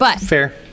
Fair